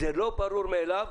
זה לא ברור מאליו,